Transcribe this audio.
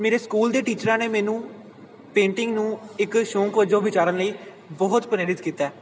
ਮੇਰੇ ਸਕੂਲ ਦੇ ਟੀਚਰਾਂ ਨੇ ਮੈਨੂੰ ਪੇਂਟਿੰਗ ਨੂੰ ਇੱਕ ਸ਼ੌਂਕ ਵਜੋਂ ਵਿਚਾਰਨ ਲਈ ਬਹੁਤ ਪ੍ਰੇਰਿਤ ਕੀਤਾ